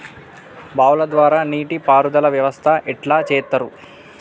బావుల ద్వారా నీటి పారుదల వ్యవస్థ ఎట్లా చేత్తరు?